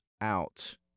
out